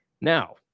Now